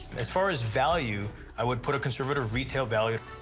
as far as value, i would put a conservative retail value